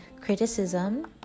criticism